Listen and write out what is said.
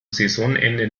saisonende